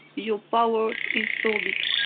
your power is so big!